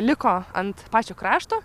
liko ant pačio krašto